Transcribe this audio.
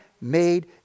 made